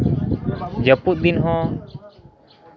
ᱡᱟᱹᱯᱩᱫ ᱫᱤᱱ ᱦᱚᱸ